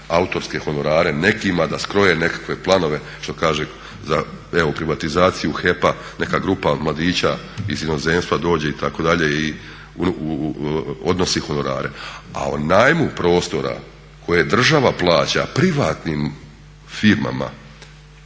autorske honorare nekima da skroje nekakve planove što kaže za evo privatizaciju HEP-a neka grupa mladića iz inozemstva dođe itd. i odnosi honorare. A o najmu prostora koje država plaća privatnim firmama